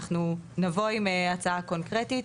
אנחנו נבוא עם הצעה קונקרטית.